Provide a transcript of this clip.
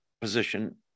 position